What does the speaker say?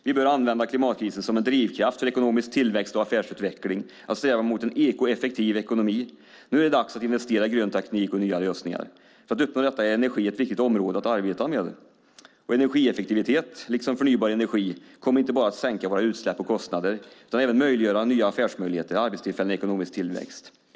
Vi bör använda klimatkrisen som en drivkraft för ekonomisk tillväxt och affärsutveckling - att sträva mot en ekoeffektiv ekonomi. Nu är det dags att investera i grön teknik och nya lösningar. För att uppnå detta är energi ett viktigt område att arbeta med. Energieffektivitet liksom förnybar energi kommer inte bara att sänka våra utsläpp och kostnader utan även möjliggöra nya affärsmöjligheter, arbetstillfällen och ekonomisk tillväxt.